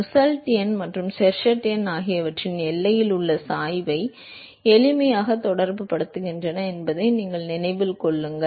Nusselt எண் மற்றும் Sherwood எண் ஆகியவை எல்லையில் உள்ள சாய்வை எளிமையாக தொடர்புபடுத்துகின்றன என்பதை நீங்கள் நினைவில் கொள்கிறீர்கள்